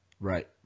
Right